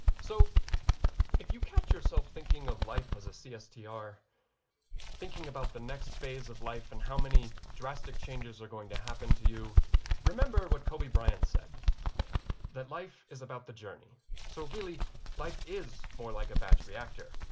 so if you catch yourself thinking of life as a cstr thinking about the next phase of life and how many drastic changes are going to happen to you remember what kobe bryant said that life is about the journey so really life is more like a batch reactor.